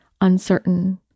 uncertain